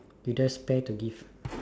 you don't have spare to give